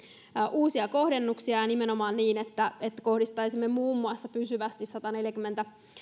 uusia kohdennuksia ja nimenomaan niin että että kohdistaisimme muun muassa pysyvästi sataneljäkymmentä